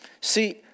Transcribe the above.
See